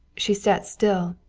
she sat still,